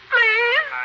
Please